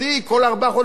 כל ארבעה חודשים,